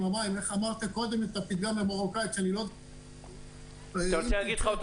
המים כמו שאמרתם קודם את הפתגם במרוקאית -- אתה רוצה שאני אחזור על